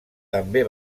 també